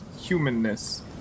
humanness